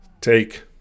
take